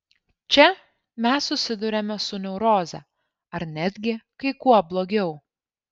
čia mes susiduriame su neuroze ar netgi kai kuo blogiau